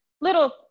little